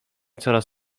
coraz